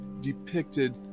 depicted